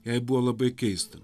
jai buvo labai keista